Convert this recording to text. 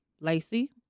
Lacey